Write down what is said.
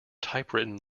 typewritten